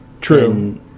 True